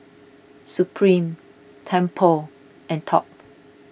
Supreme Tempur and Top